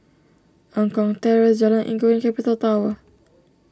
Eng Kong Terrace Jalan Inggu and Capital Tower